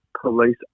police